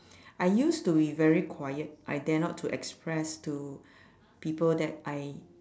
I used to be very quiet I dare not to express to people that I